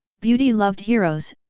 beauty loved heroes,